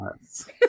Yes